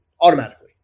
automatically